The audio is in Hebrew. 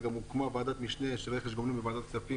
וגם הוקמה ועדת משנה של רכש גומלין בוועדת כספים